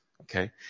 okay